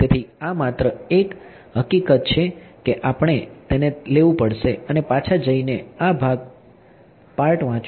તેથી આ માત્ર એક હકીકત છે કે આપણે તેને લેવું પડશે અને પાછા જઈને આ ભાગ પાર્ટ વાંચવો પડશે